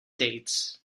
dates